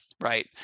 right